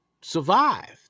survived